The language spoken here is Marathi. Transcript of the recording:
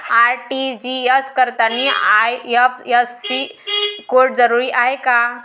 आर.टी.जी.एस करतांनी आय.एफ.एस.सी कोड जरुरीचा हाय का?